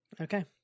Okay